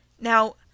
Now